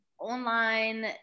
online